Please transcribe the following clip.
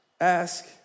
Ask